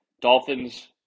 Dolphins